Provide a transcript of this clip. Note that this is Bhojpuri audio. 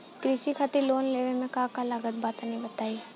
कृषि खातिर लोन लेवे मे का का लागत बा तनि बताईं?